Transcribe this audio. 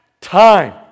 time